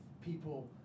people